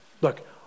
Look